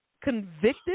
convicted